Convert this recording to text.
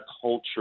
culture